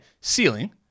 Ceiling